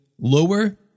lower